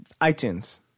iTunes